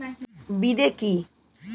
বিদে কি?